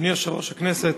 אדוני יושב-ראש הכנסת,